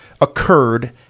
occurred